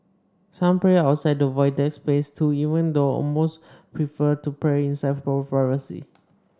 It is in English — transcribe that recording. some pray outside the Void Deck space too even though most prefer to pray inside for privacy